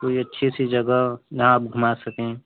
कोई अच्छी सी जगह जहाँ आप घूमा सकें